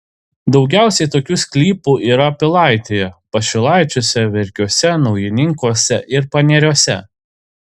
daugiausiai tokių sklypų yra pilaitėje pašilaičiuose verkiuose naujininkuose ir paneriuose